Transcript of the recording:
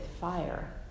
fire